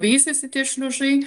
veisiasi tie šliužai